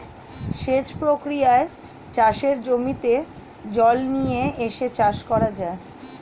সেচ প্রক্রিয়ায় চাষের জমিতে জল নিয়ে এসে চাষ করা যায়